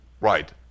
Right